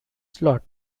slot